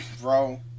bro